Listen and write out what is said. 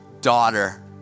daughter